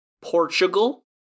Portugal